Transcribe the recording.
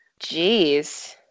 Jeez